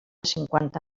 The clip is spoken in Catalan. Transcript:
cinquanta